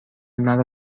مرا